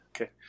Okay